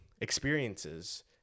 experiences